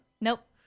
Nope